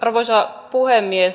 arvoisa puhemies